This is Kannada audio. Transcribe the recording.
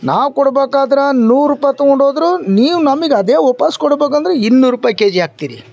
ನಾ ಕೋಡಬೇಕಾದ್ರೆ ನೂರು ರುಪಾಯ್ ತೋಂಡೋದ್ರು ನೀವು ನಮಗ್ ಅದೇ ವಾಪಸ್ ಕೊಡಬೇಕಂದ್ರೆ ಇನ್ನೂರು ರುಪಾಯ್ ಕೆಜಿ ಹಾಕ್ತಿರಿ